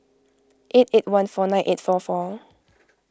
eight eight one four nine eight four four